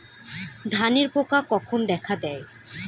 ধানের পোকা কখন দেখা দেয়?